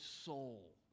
soul